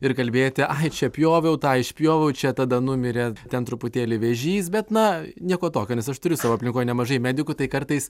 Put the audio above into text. ir kalbėti ai čia pjoviau tą išpjoviau čia tada numirė ten truputėlį vėžys bet na nieko tokio nes aš turiu savo aplinkoj nemažai medikų tai kartais